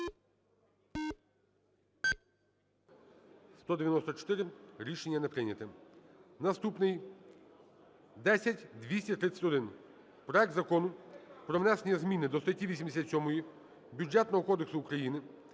За-194 Рішення не прийнято. Наступний – 10231: проект Закону про внесення зміни до статті 87 Бюджетного кодексу України